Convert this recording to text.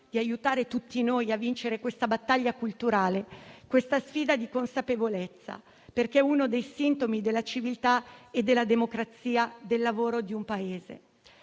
di aiutare tutti noi a vincere questa battaglia culturale e questa sfida di consapevolezza, perché è uno dei sintomi della civiltà e della democrazia del lavoro di un Paese.